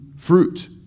Fruit